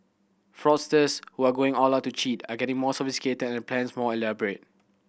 fraudsters who are going all out to cheat are getting more sophisticated and plans more elaborate